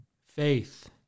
faith